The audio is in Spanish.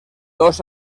dos